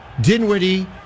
Dinwiddie